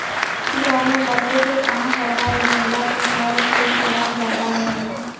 घर में लकड़ी के काम करवा देहला से घर के सोभा ज्यादे हो जाला